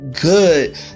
good